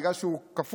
בגלל שהוא כפוף,